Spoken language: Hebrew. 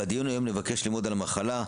בדיון היום נבקש ללמוד על המחלה,